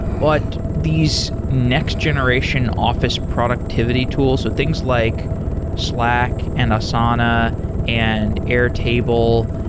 but these next generation office productivity tools, or things like slack and asana and air table.